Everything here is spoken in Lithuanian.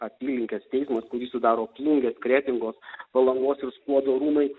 apylinkės teismas kurį sudaro plungės kretingos palangos ir skuodo rūmai